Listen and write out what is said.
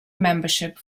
membership